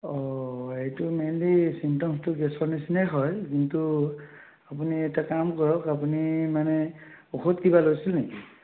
অঁ এইটো মেইনলি চিম্পটমচটো গেছৰ নিচিনাই হয় কিন্তু আপুনি এটা কাম কৰক আপুনি মানে ঔষধ কিবা লৈছিলে নেকি